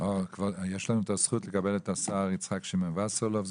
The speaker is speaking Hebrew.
יש לנו את הזכות לקבל את השר יצחק שמעון וסרלאוף,